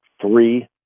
Three